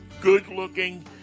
good-looking